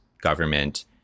government